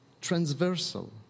transversal